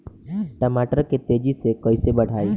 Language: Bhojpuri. टमाटर के तेजी से कइसे बढ़ाई?